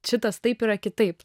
šitas taip yra kitaip